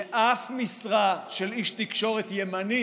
שאף משרה של איש תקשורת ימני